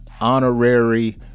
honorary